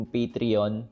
Patreon